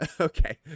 Okay